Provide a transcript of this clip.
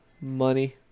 money